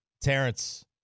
Terrence